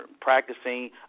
practicing